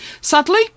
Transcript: Sadly